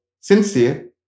sincere